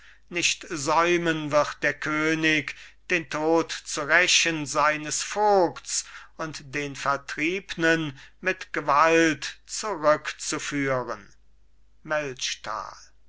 nicht säumen wird der könig den tod zu rächen seines vogts und den vertriebnen mit gewalt zurückzuführen